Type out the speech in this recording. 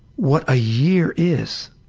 what a year is.